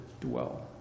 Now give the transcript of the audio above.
dwell